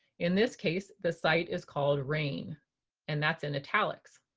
in this case, the site is called rainn and that's in italics.